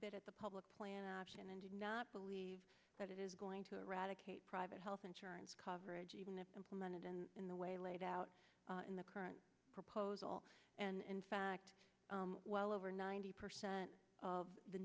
bloomberg the public plan option and not believe that it is going to eradicate private health insurance coverage even if implemented and in the way laid out in the current proposal and in fact well over ninety percent of the